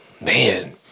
man